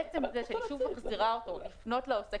בעצם זה שאני שוב מחזירה אותו לפנות לעוסק